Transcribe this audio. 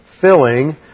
filling